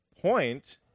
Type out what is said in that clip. point